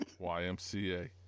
YMCA